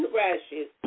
rashes